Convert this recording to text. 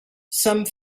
some